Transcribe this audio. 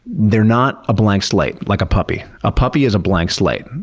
they're not a blank slate, like a puppy. a puppy is a blank slate.